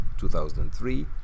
2003